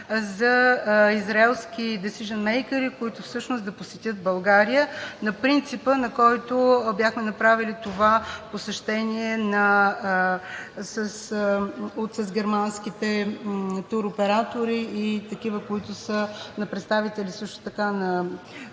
за израелски десижън мейкъри, които всъщност да посетят България на принципа, на който бяхме направили това посещение с германските туроператори и такива, които са на представители също така на